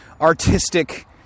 artistic